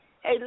hey